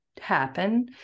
happen